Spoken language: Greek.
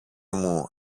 μου